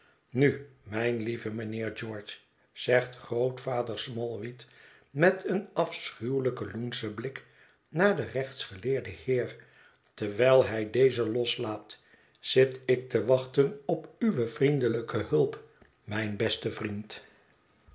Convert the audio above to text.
nu mijn lieve mijnheer george zegt grootvader smallweed met een afschuwelij ken loenschen blik naar den rechtsgeleerden heer terwijl hij dezen loslaat zit ik te wachten op uwe vriendelijke hulp mijn beste vriend